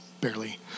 barely